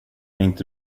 inte